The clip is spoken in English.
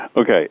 Okay